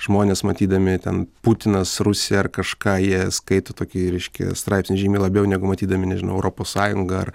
žmonės matydami ten putinas rusija ar kažką jie skaito tokį reiškia straipsnį žymiai labiau negu matydami nežinau europos sąjungą ar